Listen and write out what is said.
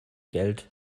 geld